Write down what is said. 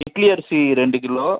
இட்லி அரிசி ரெண்டு கிலோ